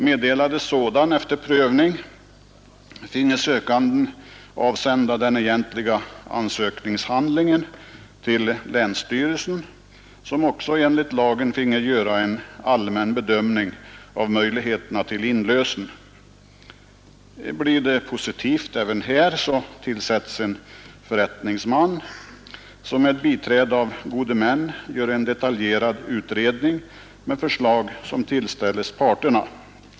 Meddelades sådan efter prövning, finge sökanden avsända den egentliga ansökningshandlingen till länsstyrelsen, som också enligt lagen finge göra en allmän bedömning av möjligheterna till inlösen. Blir det positivt svar även här tillsättes en förrättningsman, som med biträde av gode män gör en detaljerad utredning med förslag som tillställes parterna.